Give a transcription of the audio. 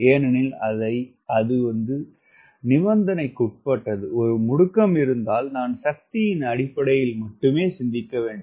ஏனெனில் அது நிபந்தனைக்குட்பட்டது ஒரு முடுக்கம் இருந்தால் நான் சக்தியின் அடிப்படையில் மட்டுமே சிந்திக்க வேண்டும்